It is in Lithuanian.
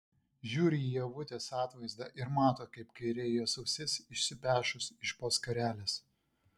žiūri į ievutės atvaizdą ir mato kaip kairė jos ausis išsipešus iš po skarelės